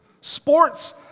sports